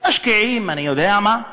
משקיעים, אני יודע מה,